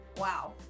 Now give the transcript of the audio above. Wow